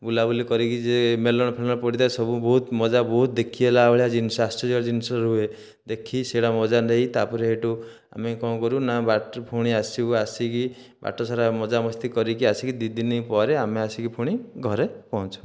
ବୁଲାବୁଲି କରିକି ଯେ ମେଲଣ ଫେଲଣ ପଡ଼ିଥାଏ ସବୁ ବହୁତ ମଜା ବହୁତ ଦେଖିହେଲା ଭଳିଆ ଜିନିଷ ଆଶ୍ଚର୍ଯ୍ୟ ଜିନିଷ ହୁଏ ଦେଖି ସେଇଟା ମଜା ନେଇ ତା'ପରେ ହେଠୁ ଆମେ କ'ଣ କରୁ ନା ବାଟରେ ପୁଣି ଆସିବୁ ଆସିକି ବାଟସାରା ମଜାମସ୍ତି କରିକି ଆସିକି ଦୁଇ ଦିନ ପରେ ଆମେ ଆସିକି ପୁଣି ଘରେ ପହଞ୍ଚୁ